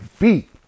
beat